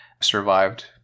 survived